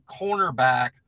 cornerback